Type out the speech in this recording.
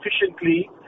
efficiently